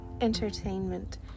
entertainment